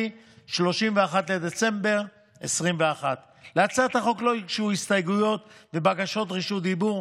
קרי 31 בדצמבר 2021. להצעת החוק לא הוגשו הסתייגויות ובקשות רשות דיבור,